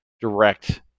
direct